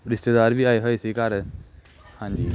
ਰਿਸ਼ਤੇਦਾਰ ਵੀ ਆਏ ਹੋਏ ਸੀ ਘਰ ਹਾਂਜੀ